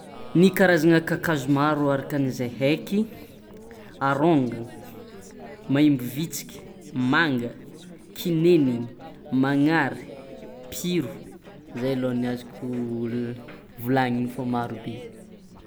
Ny karazana kakazo maro araklan'ozay heky: arongana, maimbovitsiky, manga, kineniny, magnary, piro zay aloh ny azoko volagniny fo maro be.